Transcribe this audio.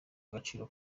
agaciro